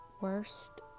Worst